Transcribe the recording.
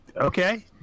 Okay